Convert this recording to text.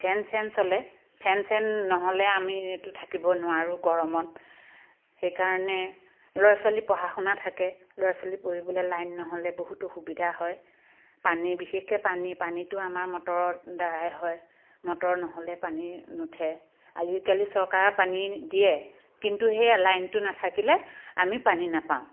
ফেন চেন চলে ফেন চেন নহ'লে আমি এইটো থাকিব নোৱাৰোঁ গৰমত সেইকাৰণে ল'ৰা ছোৱালীৰ পঢ়া শুনা থাকে ল'ৰা ছোৱালীৰ পঢ়িবলৈ লাইন নহ'লে বহুত অসুবিধা হয় পানী বিশেষকৈ পানী পানীটো আমাৰ মটৰৰ দ্বাৰাই হয় মটৰ নহ'লে পানী নুঠে আজিকালি চৰকাৰে পানী দিয়ে কিন্তু সেয়া লাইনটো নাথাকিলে আমি পানী নাপাওঁ